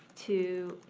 to